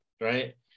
right